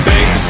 Big